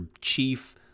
chief